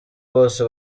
bose